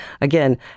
again